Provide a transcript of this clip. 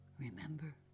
Remember